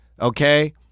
Okay